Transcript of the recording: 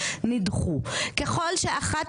כל חמש